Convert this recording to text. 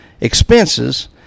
expenses